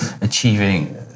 achieving